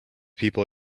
people